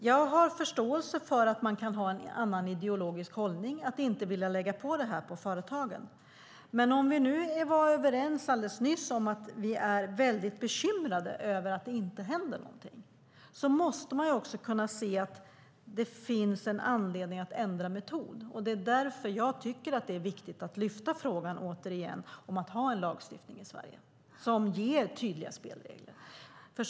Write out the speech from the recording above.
Jag har förståelse för att man kan ha en annan ideologisk hållning och inte vilja lägga det här på företagen, men om vi nu var överens alldeles nyss om att vi är bekymrade över att det inte händer någonting måste vi också kunna se att det finns en anledning att ändra metod, och det är därför som jag tycker att det är viktigt att återigen lyfta frågan om att ha en lagstiftning i Sverige som ger tydliga spelregler.